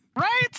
Right